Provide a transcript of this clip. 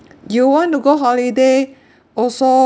you want to go holiday also